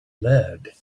lead